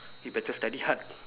you better study hard